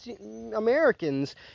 Americans